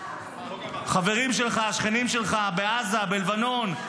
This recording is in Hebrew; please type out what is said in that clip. חברים שלך, שכנים שלך, בעזה, בלבנון.